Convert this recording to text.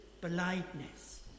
blindness